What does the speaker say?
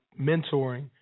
mentoring